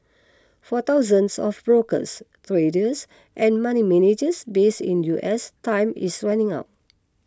for thousands of brokers traders and money managers base in US time is running out